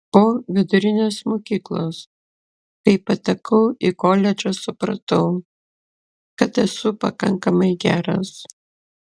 po vidurinės mokyklos kai patekau į koledžą supratau kad esu pakankamai geras